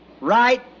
Right